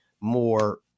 more